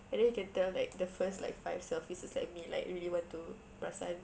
and then you can tell like the first like five selfies is like me like really want to perasan